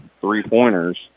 three-pointers